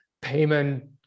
payment